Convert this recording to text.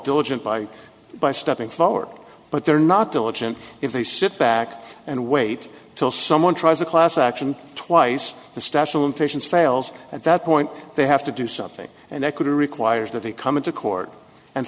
diligent by by stepping forward but they're not diligent if they sit back and wait till someone tries a class action twice to stash them patients fails at that point they have to do something and they could requires that they come into court and